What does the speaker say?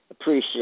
Appreciate